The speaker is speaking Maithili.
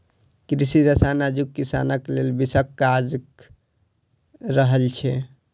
कृषि रसायन आजुक किसानक लेल विषक काज क रहल छै